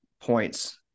points